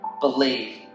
believe